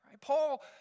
Paul